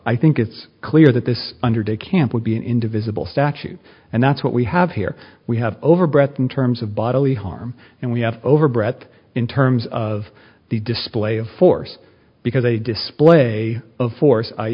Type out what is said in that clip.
i think it's clear that this under de camp would be an indivisible statute and that's what we have here we have over breath in terms of bodily harm and we have over breath in terms of the display of force because a display of force